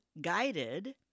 guided